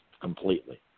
completely